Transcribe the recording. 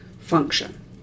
function